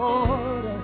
Lord